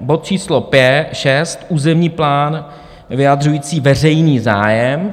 Bod číslo 6 územní plán vyjadřující veřejný zájem.